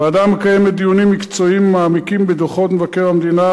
הוועדה מקיימת דיונים מקצועיים ומעמיקים בדוחות מבקר המדינה,